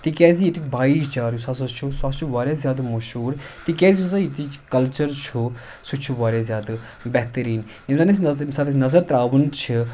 تِکیازِ ییٚتیُٚک بایی چارٕ یُس ہَسا چھُ سُہ ہسا چھُ واریاہ زیادٕ مشہوٗر تِکیازِ یُس زَن ییٚتِچ کَلچَر چھُ سُہ چھُ واریاہ زیادٕ بہتریٖن یِم زَن أسۍ ییٚمہِ ساتہٕ أسۍ نَظر ترٛاوُن چھِ